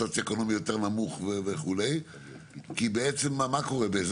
הריבית הזאת שחקה את הרווחיות ולכן צריך לחשוב על כלים